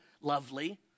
lovely